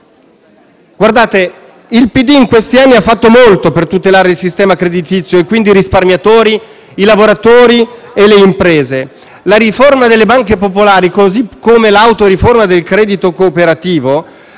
il Partito Democratico ha fatto molto per tutelare il sistema creditizio, quindi i risparmiatori, i lavoratori e le imprese. La riforma delle banche popolari così come l'autoriforma del credito cooperativo